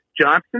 Johnson